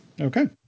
Okay